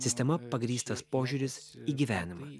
sistema pagrįstas požiūris į gyvenimą